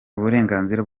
uburenganzira